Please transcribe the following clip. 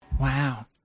Wow